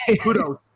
Kudos